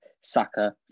Saka